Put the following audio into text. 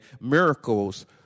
miracles